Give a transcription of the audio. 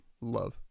love